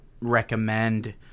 recommend